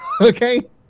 Okay